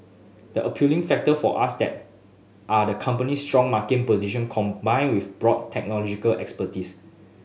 the appealing factor for us that are the company's strong market position combined with broad technological expertise